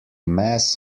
mass